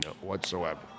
whatsoever